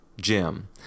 Jim